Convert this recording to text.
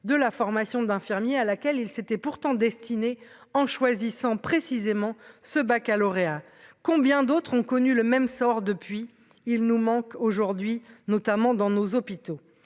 de la formation d'infirmier à laquelle il s'était pourtant destinée en choisissant précisément ce Baccalauréat, combien d'autres ont connu le même sort, depuis il nous manque aujourd'hui, notamment dans nos hôpitaux,